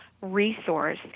resource